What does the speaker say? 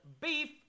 beef